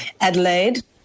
Adelaide